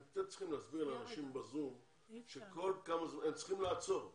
אתם צריכים להסביר לאנשים בזום שהם צריכים לעצור,